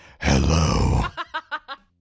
hello